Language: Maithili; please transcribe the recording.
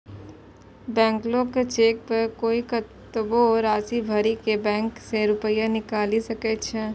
ब्लैंक चेक पर कोइ कतबो राशि भरि के बैंक सं रुपैया निकालि सकै छै